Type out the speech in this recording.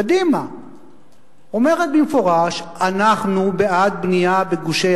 קדימה אומרת במפורש: אנחנו בעד בנייה בגושי